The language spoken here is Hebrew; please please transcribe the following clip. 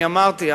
אני אמרתי,